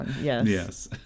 Yes